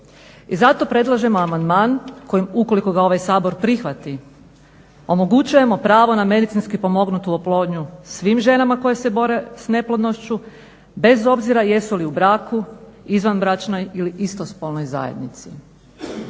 I zato predlažemo amandman, ukoliko ga ovaj Sabor prihvati omogućujemo pravo na medicinski pomognutu oplodnju svim ženama koje se bore s neplodnošću bez obzira jesu li u braku, izvanbračnoj ili istospolnoj zajednici.